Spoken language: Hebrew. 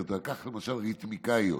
קח למשל ריתמיקאיות,